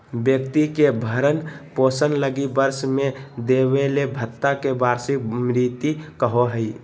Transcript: व्यक्ति के भरण पोषण लगी वर्ष में देबले भत्ता के वार्षिक भृति कहो हइ